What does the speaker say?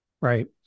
Right